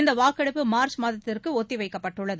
இந்த வாக்கெடுப்பு மார்ச் மாதத்திற்கு ஒத்தி வைக்கப்பட்டுள்ளது